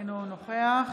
אינו נוכח